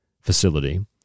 facility